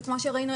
וכמו שראינו,